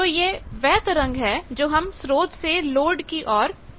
तो यह वह तरंग है जो हम स्रोत से लोड की ओर भेज रहे हैं